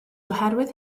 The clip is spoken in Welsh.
oherwydd